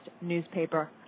newspaper